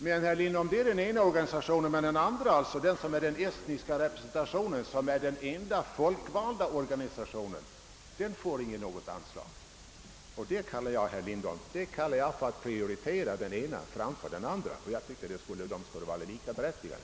Men den andra organisationen, herr Lindholm, alltså Esternas representation i Sverige, som är den enda folkvalda organisationen, får inget anslag. Det kallar jag, herr Lindholm, att prioritera den ena framför den andra. Jag tycker att organisationerna skall vara likaberättigade.